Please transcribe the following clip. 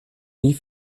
nie